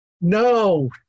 No